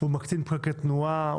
מקטין פקקי תנועה,